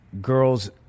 girls